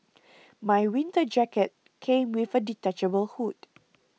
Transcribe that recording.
my winter jacket came with a detachable hood